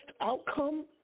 outcome